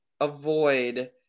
avoid